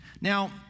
Now